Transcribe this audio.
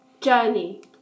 journey